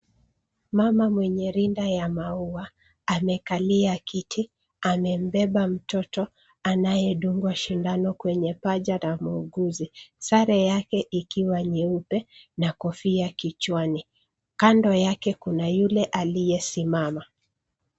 Mama mwenye rinda ya maua amekalia kiti, amembeba mtoto anayedungwa sindano kwenye paja la muuguzi. Sare yake ikiwa nyeupe na kofia kichwani. Kando yake kuna yule aliyesimama.